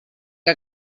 que